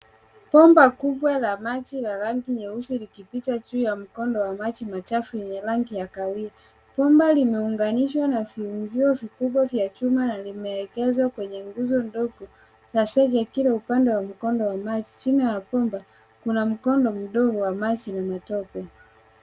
Bomba kubwa la maji la rangi nyeusi, likipita juu ya mkondo wa maji machafu, yenye rangi ya kahawia. Bomba limeunganishwa na viungio vikubwa vya chuma na limeegezwa kwenye nguzo ndogo za sege. Kila upande wa mkondo wa maji chini ya bomba kuna mkondo mdogo wa maji na matope.